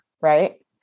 right